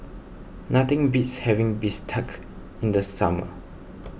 nothing beats having Bistake in the summer